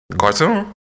Cartoon